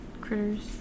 critters